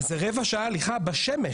אז זה רבע שעה הליכה בשמש,